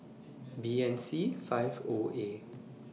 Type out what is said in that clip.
B N C five O A